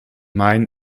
main